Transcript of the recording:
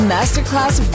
Masterclass